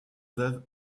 veuve